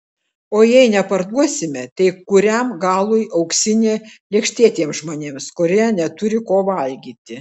o jei neparduosime tai kuriam galui auksinė lėkštė tiems žmonėms kurie neturi ko valgyti